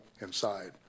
inside